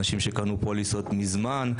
אנשים שקנו פוליסות מזמן,